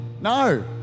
No